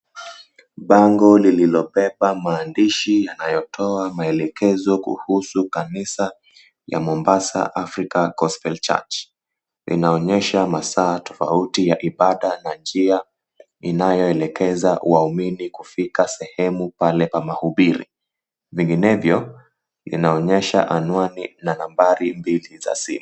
Bango lililobeba maandishi yanayotoa maelekezo kuhusu kanisa ya Mombasa Afrika Gospel Church linaonyesha masaa tofauti ya ibada na njia inayoelekeza waumini kufika sehemu pale pa mahubiri vinginevyo inaonyesha anwani na nambari mbili za simu.